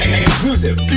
exclusive